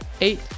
eight